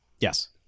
Yes